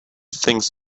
things